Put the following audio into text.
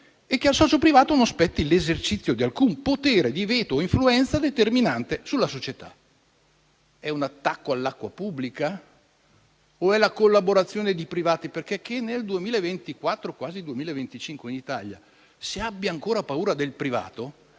e che non gli spetti l'esercizio di alcun potere di veto o influenza determinante sulla società. È forse un attacco all'acqua pubblica o è la collaborazione di privati? Che nel 2024, quasi 2025, in Italia si abbia ancora paura del privato